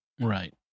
Right